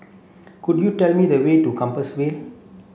could you tell me the way to Compassvale